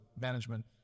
management